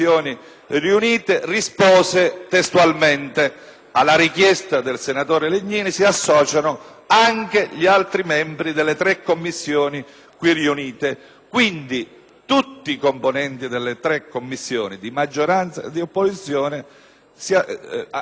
alla richiesta del senatore Legnini si associano anche gli altri membri delle tre Commissioni qui riunite. Quindi, tutti i componenti delle tre Commissioni, di maggioranza e di opposizione, fecero propria la richiesta di avere questi